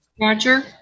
Roger